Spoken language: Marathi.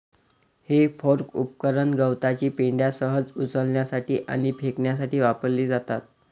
हे फोर्क उपकरण गवताची पेंढा सहज उचलण्यासाठी आणि फेकण्यासाठी वापरली जातात